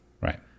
Right